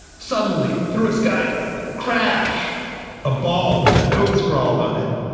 suddenly, through a skylight, crash a ball with a note scrawled on it.